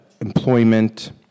employment